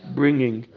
bringing